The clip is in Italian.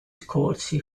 scorsi